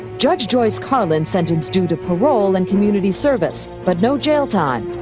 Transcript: judge joyce karlin sentenced du to parole and community service, but no jail time.